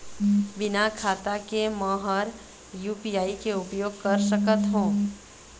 बिना खाता के म हर यू.पी.आई के उपयोग कर सकत हो?